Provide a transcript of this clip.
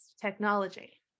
technology